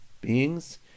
beings